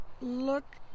look